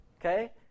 Okay